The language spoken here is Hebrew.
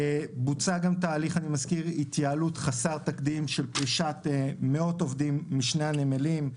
בוצע גם תהליך התייעלות חסר תקדים של פרישת מאות עובדים משני הנמלים.